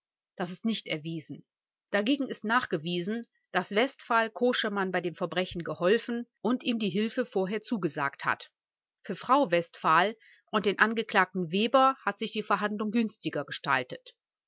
das ist nicht erwiesen dagegen ist nachgewiesen daß westphal koschemann bei dem verbrechen geholfen und ihm die hilfe vorher zugesagt hat für frau westphal und den angeklagten weber hat sich die verhandlung günstiger gestaltet